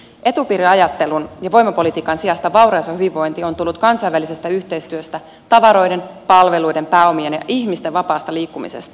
etupiiriajattelun ja voimapolitiikan sijasta vauraus ja hyvinvointi on tullut kansainvälisestä yhteistyöstä tavaroiden palveluiden pääomien ja ihmisten vapaasta liikkumisesta